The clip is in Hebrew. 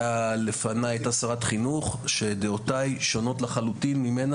הייתה לפניי שרת החינוך שדעותיי שונות לחלוטין ממנה